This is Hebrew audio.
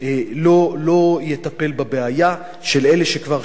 זה לא יטפל בבעיה של אלה שכבר שוהים כאן,